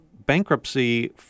bankruptcy